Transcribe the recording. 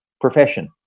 profession